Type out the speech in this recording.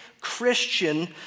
Christian